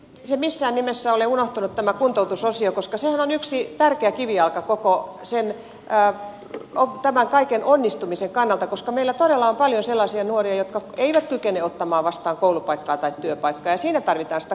ei missään nimessä ole unohtunut tämä kuntoutusosio koska sehän on yksi tärkeä kivijalka tämän kaiken onnistumisen kannalta koska meillä todella on paljon sellaisia nuoria jotka eivät kykene ottamaan vastaan koulupaikkaa tai työpaikkaa ja siinä tarvitaan sitä kuntoutusta